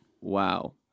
wow